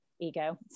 ego